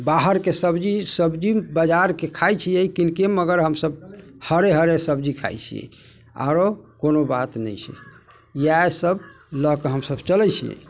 बाहरके सब्जी सब्जी बजारके खाइ छिए कीनिके मगर हमसब हरे हरे सब्जी खाइ छिए आओर कोनो बात नहि छै इएहसब लऽ कऽ हमसब चलै छिए